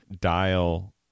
dial